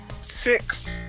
six